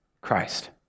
Christ